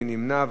מי נמנע?